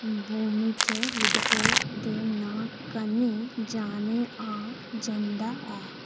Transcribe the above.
भूमिज विद्रोह दे नांऽ कन्नै जानेआ जंदा ऐ